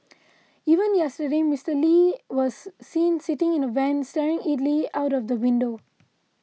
even yesterday Mister Lee was seen sitting in the van staring idly out of the window